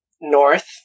north